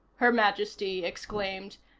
her majesty exclaimed.